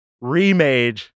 remade